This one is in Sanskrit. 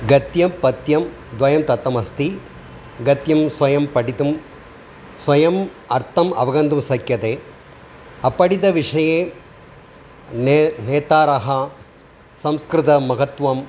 गद्यं पद्यं द्वयं दत्तमस्ति गद्यं स्वयं पठितुं स्वयम् अर्थम् अवगन्तुं शक्यते अपठितविषये ने नेतारः संस्कृतमहत्वम्